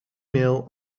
mail